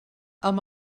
amb